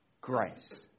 Grace